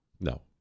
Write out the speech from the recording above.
no